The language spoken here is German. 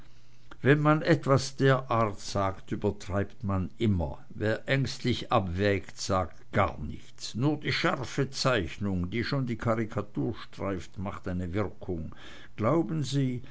wenn man etwas der art sagt übertreibt man immer wer ängstlich abwägt sagt gar nichts nur die scharfe zeichnung die schon die karikatur streift macht eine wirkung glauben sie